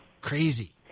Crazy